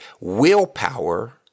willpower